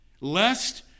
lest